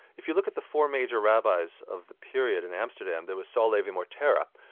if you look at the four major rabbis of the period in amsterdam, there was saul levy mortera,